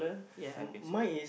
ya I can see it